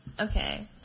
Okay